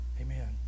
amen